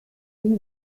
uwe